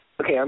Okay